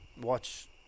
watch